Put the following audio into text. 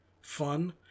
fun